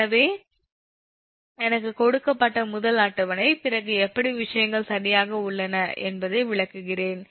எனவே எனக்கு கொடுக்கப்பட்ட முதல் அட்டவணை பிறகு எப்படி விஷயங்கள் சரியாக உள்ளன என்பதை விளக்குகிறேன்